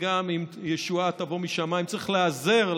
וגם אם ישועה תבוא משמיים צריך להיעזר,